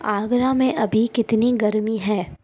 आगरा में अभी कितनी गर्मी है